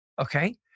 okay